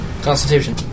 Constitution